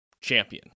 champion